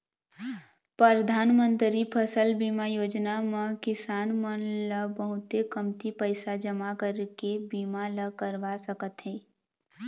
परधानमंतरी फसल बीमा योजना म किसान मन ल बहुते कमती पइसा जमा करके बीमा ल करवा सकत हे